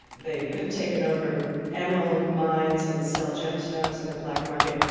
they have taken over emerald mines and sell gemstones on the black market.